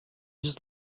just